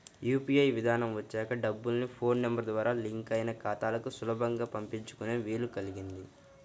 UPI విధానం వచ్చాక డబ్బుల్ని ఫోన్ నెంబర్ ద్వారా లింక్ అయిన ఖాతాలకు సులభంగా పంపించుకునే వీలు కల్గింది